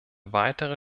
weitere